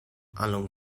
along